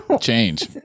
Change